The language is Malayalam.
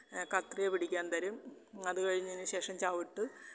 കത്രിക പിടിക്കാൻ തരും അത് കഴിഞ്ഞതിന് ശേഷം ചവിട്ട്